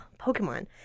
Pokemon